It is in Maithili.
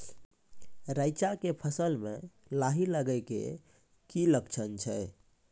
रैचा के फसल मे लाही लगे के की लक्छण छै?